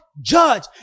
judge